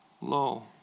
low